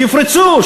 שיפרצו,